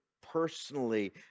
personally